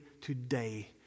today